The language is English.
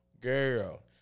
girl